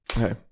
Okay